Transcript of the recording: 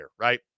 right